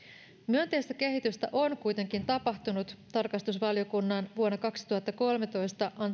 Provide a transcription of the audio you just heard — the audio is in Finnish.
myönteistä kehitystä on kuitenkin tapahtunut tarkastusvaliokunnan vuonna kaksituhattakolmetoista